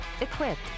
equipped